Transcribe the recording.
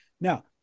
Now